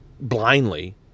blindly